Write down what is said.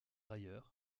ailleurs